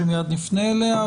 שמיד נפנה אליה,